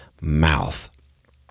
mouth